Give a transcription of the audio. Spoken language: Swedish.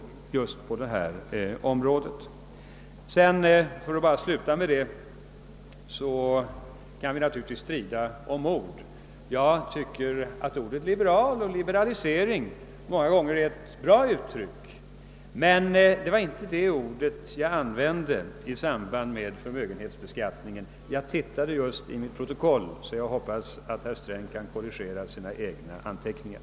Till slut vill jag säga att vi naturligtvis kan strida om ord. Jag tycker att orden liberal och liberalisering många gånger är bra uttryck, men det var inte de orden jag använde i samband med förmögenhetsbeskattningen. Jag har just sett efter i protokollet, och jag hoppas att herr Sträng korrigerar sina egna anteckningar.